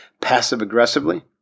passive-aggressively